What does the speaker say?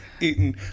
Eating